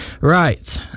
right